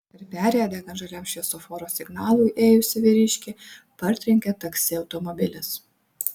per perėją degant žaliam šviesoforo signalui ėjusį vyriškį partrenkė taksi automobilis